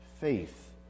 faith